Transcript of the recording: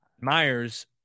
myers